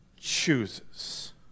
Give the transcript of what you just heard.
chooses